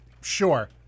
Sure